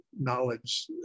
knowledge